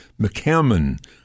McCammon